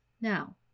Now